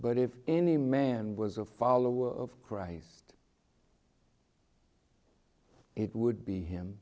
but if any man was a follower of christ it would be him